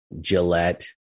gillette